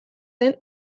den